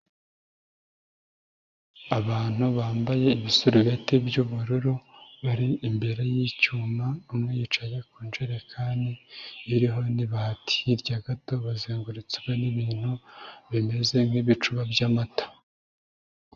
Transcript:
Abantu bambaye ibisurubeti by'ubururu bari imbere y'icyuma, umwe yicaye ku njerekani iriho n'ibati, hirya gato bazengurutswe n'ibintu bimeze nk'ibicuba by'amata.